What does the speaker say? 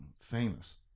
famous